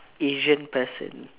Asian person